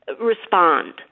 respond